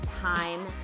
time